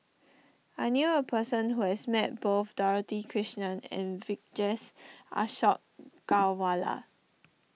I knew a person who has met both Dorothy Krishnan and Vijesh Ashok Ghariwala